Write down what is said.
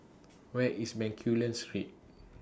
Where IS Bencoolen Street